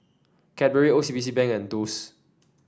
Cadbury O C B C Bank and Doux